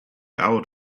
out